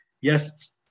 yes